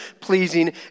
pleasing